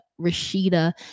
Rashida